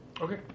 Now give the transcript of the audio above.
Okay